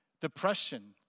depression